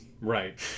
Right